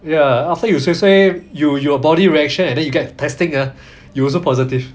ya after you suay suay you your body reaction and then you get testing ah you also positive